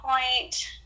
point